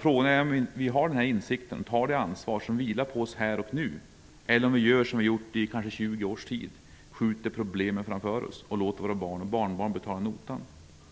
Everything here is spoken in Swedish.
Frågan är om vi har den insikten och tar det ansvar som vilar på oss här och nu, eller om vi gör som vi gjort i 20 års tid -- skjuter problemen framför oss och låter våra barn och barnbarn betala notan.